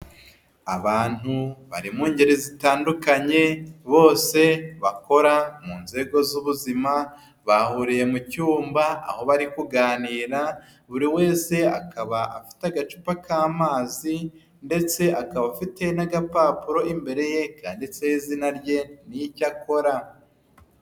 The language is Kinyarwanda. Abantu bari mu ngeri zitandukanye bose bakora mu nzego z'ubuzima, bahuriye mu cyumba aho bari kuganira, buri wese akaba afite agacupa k'amazi ndetse akaba afite n'agapapuro imbere ye kanditseho izina rye n'icyo akora.